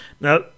Now